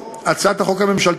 חברותי וחברי, הצעת החוק הזאת